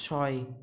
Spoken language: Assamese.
ছয়